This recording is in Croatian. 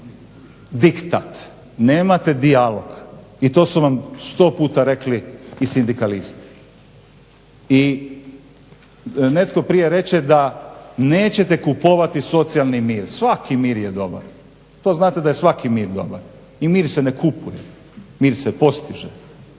diktat, nemate dijalog. I to su vam sto puta rekli i sindikalisti. I netko prije reče da nećete kupovati socijalni mir, svaki mir je dobar, to znate da je svaki mir dobar i mir se ne kupuje, mir se postiže.